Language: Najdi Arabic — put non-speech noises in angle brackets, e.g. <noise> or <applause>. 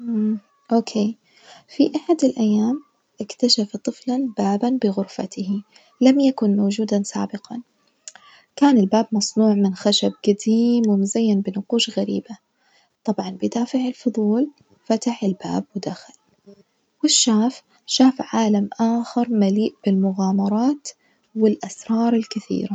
<hesitation> أوك, في أحد الأيام اكتشف طفلًا بابًا بغرفته لم يكن موجودًا سابقًا، كان الباب مصنوع من خشب جديم ومزين بنقوش غريبة، طبعًا بدافع الفضول فتح الباب ودخل, ويش شاف؟ شاف عالم آخر ملئ بالمغامرات والأسرار الكثيرة.